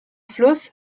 fluss